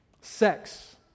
Sex